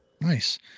nice